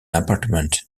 apartment